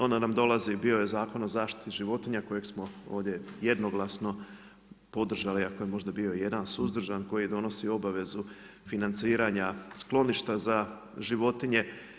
Onda nam dolazi, bio je Zakon o zaštiti životinja kojeg smo ovdje jednoglasno podržali ako je možda bio i jedan suzdržan koji donosi obavezu financiranja skloništa za životinje.